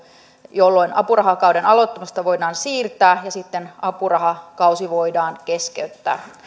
jolloin apurahakauden aloittamista voidaan siirtää ja sitten apurahakausi voidaan keskeyttää